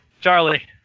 Charlie